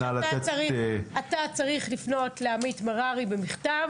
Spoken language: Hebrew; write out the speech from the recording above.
--- אתה צריך לפנות לעמית מררי במכתב,